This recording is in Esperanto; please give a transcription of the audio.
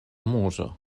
muzo